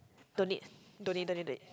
don't need don't need don't need don't need